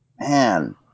Man